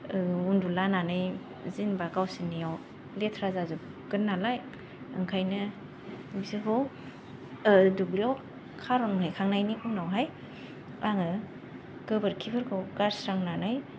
उनदुला नानै जेनेबा गावसिनिआव लेथ्रा जाजोबगोन नालाय ओंखायनो बेसोरखौ दुब्लिआव खार'नहैखांनायनि उनावहाय आङो गोबोरखिफोरखौ गारस्रांनानै